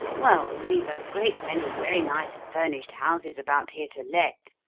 well, we've a great many very nice furnished houses about here to let,